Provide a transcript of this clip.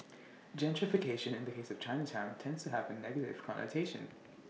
gentrification in the case of Chinatown tends to have A negative connotation